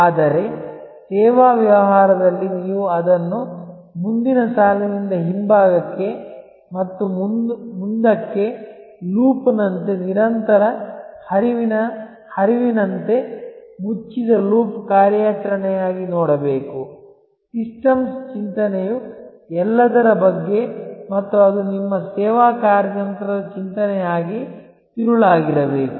ಆದರೆ ಸೇವಾ ವ್ಯವಹಾರದಲ್ಲಿ ನೀವು ಅದನ್ನು ಮುಂದಿನ ಸಾಲಿನಿಂದ ಹಿಂಭಾಗಕ್ಕೆ ಮತ್ತು ಮುಂದಕ್ಕೆ ಲೂಪ್ನಂತೆ ನಿರಂತರ ಹರಿವಿನಂತೆ ಮುಚ್ಚಿದ ಲೂಪ್ ಕಾರ್ಯಾಚರಣೆಯಾಗಿ ನೋಡಬೇಕು ಸಿಸ್ಟಮ್ಸ್ ಚಿಂತನೆಯು ಎಲ್ಲದರ ಬಗ್ಗೆ ಮತ್ತು ಅದು ನಿಮ್ಮ ಸೇವಾ ಕಾರ್ಯತಂತ್ರದ ಚಿಂತನೆಯ ತಿರುಳಾಗಿರಬೇಕು